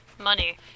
Money